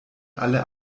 alle